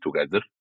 together